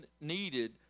needed